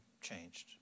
changed